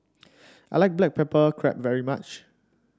I like Black Pepper Crab very much